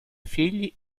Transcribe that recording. figli